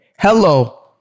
Hello